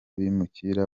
bimukira